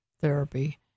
Therapy